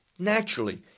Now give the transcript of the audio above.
Naturally